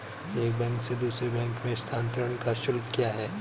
एक बैंक से दूसरे बैंक में स्थानांतरण का शुल्क क्या है?